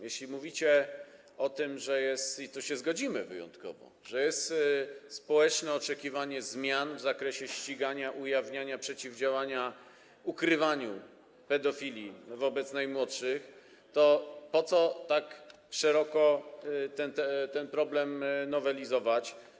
Jeśli mówicie o tym, że jest, i tu się zgodzimy wyjątkowo, społeczne oczekiwanie zmian w zakresie ścigania, ujawniania, przeciwdziałania ukrywaniu pedofilii wobec najmłodszych, to po co tak szeroko ten kodeks nowelizować?